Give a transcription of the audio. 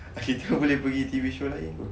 okay kau boleh pergi T_V show lain